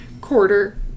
quarter